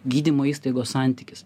gydymo įstaigos santykis